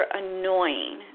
annoying